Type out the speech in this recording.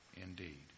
indeed